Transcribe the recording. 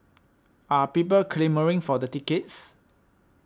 are people clamouring for the tickets